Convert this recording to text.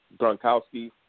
Gronkowski